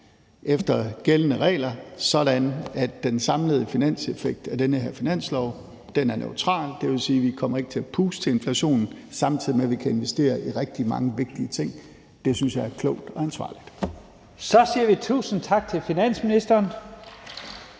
efter gældende regler, sådan at den samlede finanseffekt af den her finanslov er neutral. Det vil sige, at vi ikke kommer til at puste til inflationen, samtidig med at vi kan investere i rigtig mange vigtige ting. Det synes jeg er klogt og ansvarligt. Kl. 17:22 Første næstformand (Leif